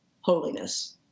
holiness